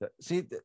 See